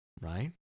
right